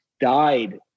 died